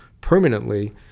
permanently